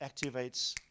activates